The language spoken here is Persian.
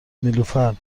نیلوفرمن